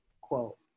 quote